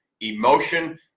emotion